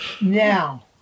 Now